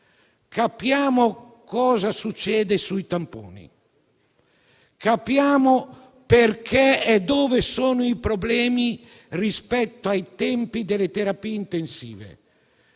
capiamo cosa succede sui tamponi; capiamo perché e dove sono i problemi rispetto ai tempi delle terapie intensive.